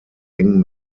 eng